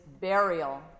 burial